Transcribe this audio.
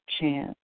chance